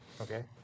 Okay